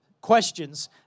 questions